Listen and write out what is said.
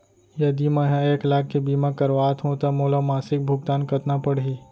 यदि मैं ह एक लाख के बीमा करवात हो त मोला मासिक भुगतान कतना पड़ही?